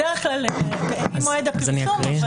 בדרך כלל ממועד הפרסום.